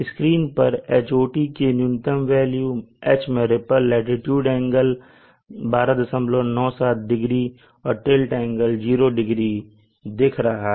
screen पर Hot की न्यूनतम वेल्यू H मैं रीपल लाटीट्यूड एंगल 1297 डिग्री और टिल्ट एंगल 0 डिग्री दिख रहा है